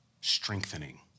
strengthening